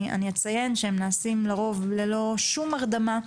אני אציין שהם נעשים לרוב ללא שום הרדמה.